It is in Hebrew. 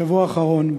בשבוע האחרון,